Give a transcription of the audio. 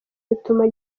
butuma